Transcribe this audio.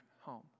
home